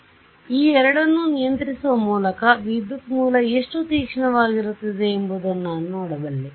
ಆದ್ದರಿಂದ ಈ ಎರಡನ್ನು ನಿಯಂತ್ರಿಸುವ ಮೂಲಕ ವಿದ್ಯುತ್ ಮೂಲ ಎಷ್ಟು ತೀಕ್ಷ್ಣವಾಗಿರುತ್ತವೆ ಎಂಬುದನ್ನು ನಾನು ನೋಡಬಲ್ಲೆ